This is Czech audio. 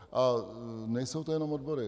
A nejsou to jen odbory.